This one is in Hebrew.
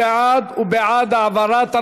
וזה כבר קרה ברפורמה שנעשתה בעבר ברדיו,